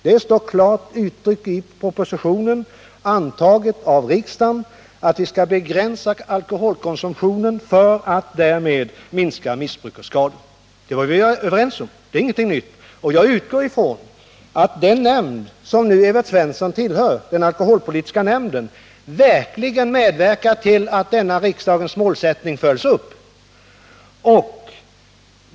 Det står klart uttryckt i propositionen, antaget av riksdagen, att vi skall begränsa alkoholkonsumtionen för att därmed minska missbruk och skador. Det var vi överens om. Det är ingenting nytt. Jag utgår från att den nämnd som Evert Svensson nu tillhör, den alkoholpolitiska nämnden, verkligen medverkar till att riksdagens målsättning följs upp.